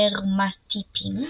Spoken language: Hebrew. ההרמטיפים,